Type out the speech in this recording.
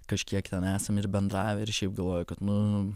kažkiek ten esame ir bendravę ir šiaip galvoju kad nu